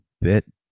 bit